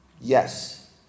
Yes